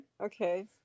okay